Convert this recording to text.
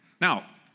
Now